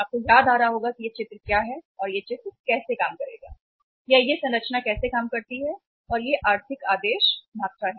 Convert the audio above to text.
आपको यह याद आ रहा होगा कि यह चित्र क्या है और यह चित्र कैसे काम करेगा या यह संरचना कैसे काम करती है और यह आर्थिक आदेश मात्रा है